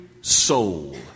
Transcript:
soul